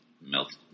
melt